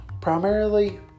primarily